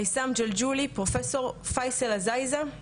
מייסם ג'לג'ולי, פרופסור פייסל עזייזא,